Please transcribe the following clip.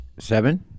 Seven